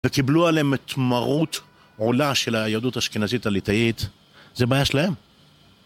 וקיבלו עליהם את מרות עולה של היהדות אשכנזית הליטאית, זה בעיה שלהם.